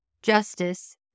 Justice